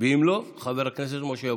ואם לא, חבר הכנסת משה אבוטבול.